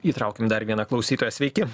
įtraukim dar vieną klausytoją sveiki